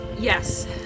Yes